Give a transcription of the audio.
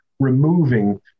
removing